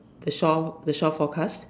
the shore the shore forecast